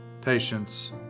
patience